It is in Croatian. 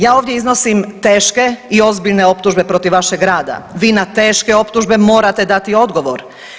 Ja ovdje iznosim teške i ozbiljne optužbe protiv vašeg rada, vi na teške optužbe morate dati odgovor.